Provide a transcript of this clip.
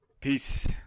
Peace